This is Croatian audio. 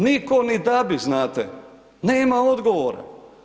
Nitko ni da bi znate, nema odgovora.